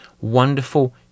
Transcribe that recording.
wonderful